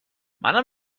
منم